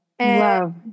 Love